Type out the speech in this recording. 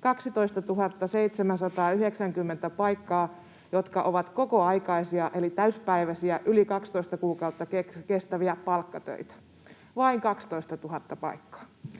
12 790 kokoaikaista, yli 12 kuukautta kestävää palkkatyötä. Vain 12 000 paikkaa.